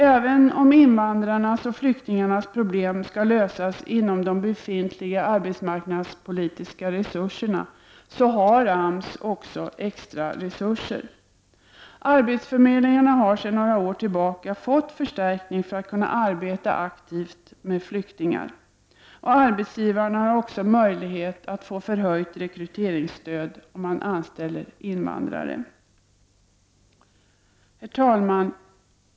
Även om invandrarnas och flyktingarnas problem skall lösas inom ramen för de befintliga arbetsmarknadspolitiska resurserna, har AMS också extra resurser. Arbetsförmedlingarna har sedan några år tillbaka fått förstärkning för att kunna arbeta aktivt med flyktingarna. Arbetsgivarna har också möjlighet att få förhöjt rekryteringsstöd om de anställer invandrare. Herr talman!